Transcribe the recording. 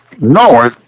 No